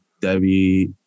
Debbie